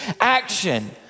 action